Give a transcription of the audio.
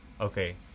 okay